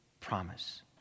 promise